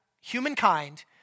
humankind